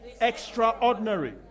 extraordinary